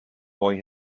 boy